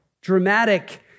dramatic